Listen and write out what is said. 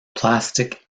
plastic